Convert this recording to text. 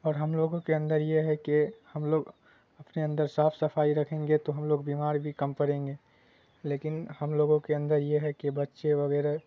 اور ہم لوگوں کے اندر یہ ہے کہ ہم لوگ اپنے اندر صاف صفائی رکھیں گے تو ہم لوگ بیمار بھی کم پیں گے لیکن ہم لوگوں کے اندر یہ ہے کہ بچے وغیرہ